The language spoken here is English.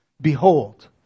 Behold